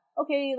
okay